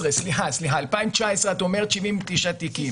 2019 את אומרת 69 תיקים.